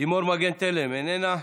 לימור מגן תלם, איננה,